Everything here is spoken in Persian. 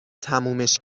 تمومش